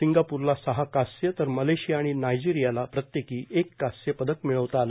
सिंगापूरला सह्य कांस्य तर मलेशिया आणि नायजेरियाला प्रत्येक्री एक कांस्य पदक मिळवता आलं